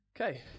Okay